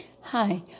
Hi